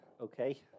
okay